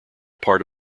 part